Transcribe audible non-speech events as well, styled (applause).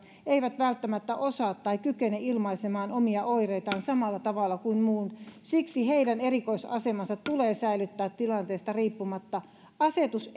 eivätkä välttämättä osaa tai kykene ilmaisemaan omia oireitaan samalla tavalla kuin muut siksi heidän erikoisasemansa tulee säilyttää tilanteesta riippumatta asetus (unintelligible)